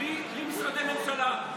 בלי משרדי הממשלה,